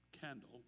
candle